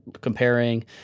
comparing